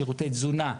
שירותי תזונה,